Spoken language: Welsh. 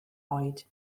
oed